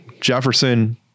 Jefferson